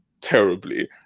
terribly